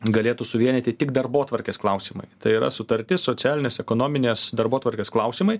galėtų suvienyti tik darbotvarkės klausimai tai yra sutarti socialinės ekonominės darbotvarkės klausimai